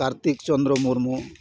Kartik Chandra Murmu